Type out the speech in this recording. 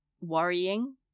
worrying